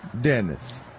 Dennis